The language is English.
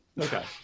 Okay